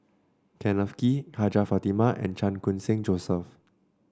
Kenneth Kee Hajjah Fatimah and Chan Khun Sing Joseph